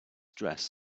dress